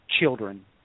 children